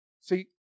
See